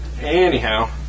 Anyhow